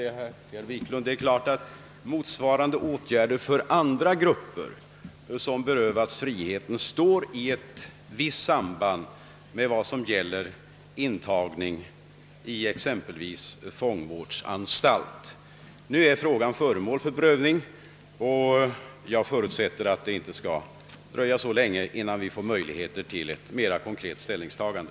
Motsvarande åtgärder för andra grupper som berövats friheten står givetvis i. ett visst samband med vad som gäller intagning i exempelvis fångvårdsanstalt. Frågan är nu föremål för prövning, och jag förutsätter att det inte skall dröja så länge innan vi får möjlighet till ett mera konkret ställningstagande.